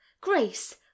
Grace